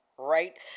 Right